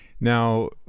Now